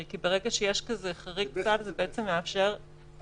כי ברגע שיש כזה חריג סל זה בעצם מאיין את